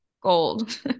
gold